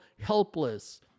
helpless